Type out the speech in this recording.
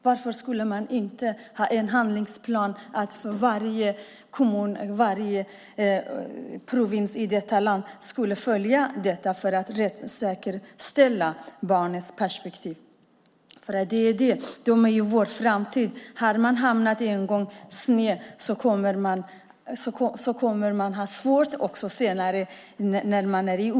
Varför har man inte en handlingsplan där varje kommun i detta land ska följa denna för att säkerställa barnperspektivet? De är ju vår framtid. Har man en gång hamnat snett kommer man att ha det svårt också senare som ungdom.